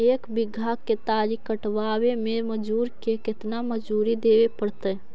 एक बिघा केतारी कटबाबे में मजुर के केतना मजुरि देबे पड़तै?